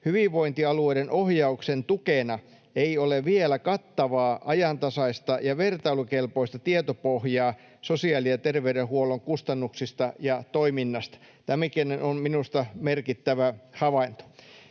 ”hyvinvointialueiden ohjauksen tukena ei ole vielä kattavaa, ajantasaista ja vertailukelpoista tietopohjaa sosiaali- ja terveydenhuollon kustannuksista ja toiminnasta”. Tämäkin on minusta merkittävä havainto.